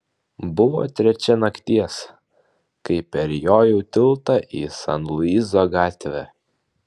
buvo trečia nakties kai perjojau tiltą į sen luiso gatvę